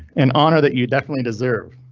an honor that you definitely deserve.